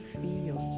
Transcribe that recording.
feel